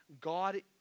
God